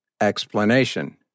explanation